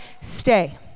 stay